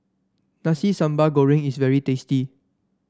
Nasi Sambal Goreng is very tasty